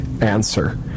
answer